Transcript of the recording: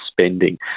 spending